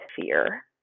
fear